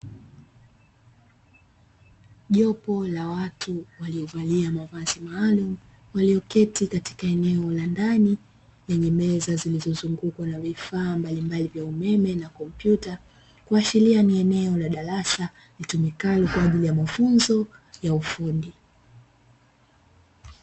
Jopo la watu waliovalia mavazi maalumu walioketi katika eneo la ndani, lenye meza zilizozungukwa na vifaa mbalimbali vya umeme na kompyuta; kuashiria ni eneo la darasa litumikalo kwa ajili ya mafunzo ya ufundi.